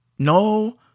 No